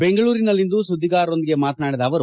ಬೆಂಗಳೂರಿನಲ್ಲಿಂದು ಸುದ್ವಿಗಾರರೊಂದಿಗೆ ಮಾತನಾಡಿದ ಅವರು